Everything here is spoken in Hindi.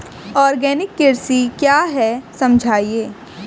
आर्गेनिक कृषि क्या है समझाइए?